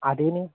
అదేమీ